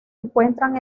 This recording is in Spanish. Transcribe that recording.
encuentran